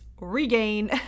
regain